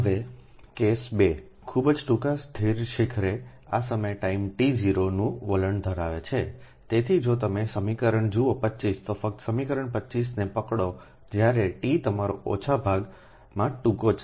હવે કેસ 2 ખૂબ જ ટૂંકા સ્થિર શિખરે આ સમયે ટાઇમ t 0 નું વલણ ધરાવે છે તેથી જો તમે સમીકરણ જુઓ 25 તો ફક્ત સમીકરણ 25 ને પકડો 25 જ્યારે ટી તમારા ઓછા ભાગમાં ટૂંકું ચાલશે